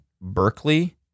Berkeley